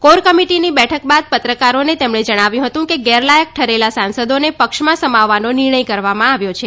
core કમિટિની બેઠક બાદ પત્રકારોને તેમણે જણાવ્યું હતું કે ગેરલાયક ઠરેલા સાંસદોને પક્ષમાં સમાવવાનો નિર્ણય લેવામાં આવ્યો છે